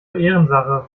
ehrensache